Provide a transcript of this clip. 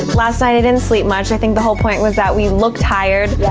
last night, i didn't sleep much. i think the whole point was that we look tired.